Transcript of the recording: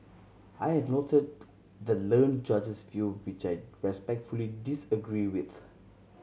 I have noted the learned Judge's view which I respectfully disagree with